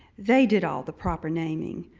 they did all the proper naming.